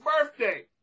birthday